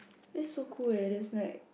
that's so cool leh there's like